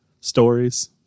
Stories